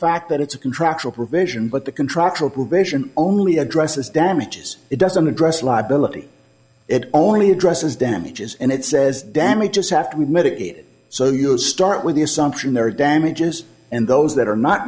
fact that it's a contractual provision but the contractual provision only addresses damages it doesn't address liability it only addresses damages and it says damages have to be medicated so you start with the assumption there are damages and those that are not